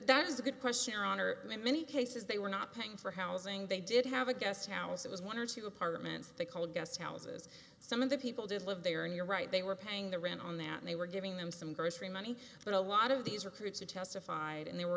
that is a good question honor them in many cases they were not paying for housing they did have a guest house it was one or two apartments they called guest houses some of the people did live there and you're right they were paying the rent on that they were giving them some grocery money but a lot of these recruits who testified and there were